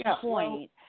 point